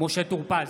בהצבעה משה טור פז,